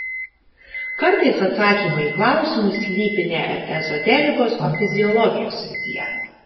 kartais atsakymai į klausimus slypi ne ezoterikos o fiziologijos srityje